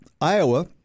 Iowa